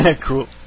Cool